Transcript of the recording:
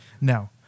No